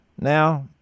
now